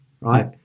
right